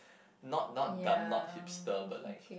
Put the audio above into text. not not gum not hipster but like